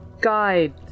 Guide